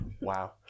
wow